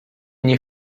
nie